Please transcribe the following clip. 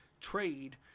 trade